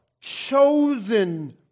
chosen